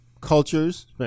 cultures